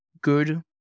good